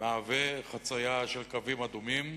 מהווה חצייה של קווים אדומים,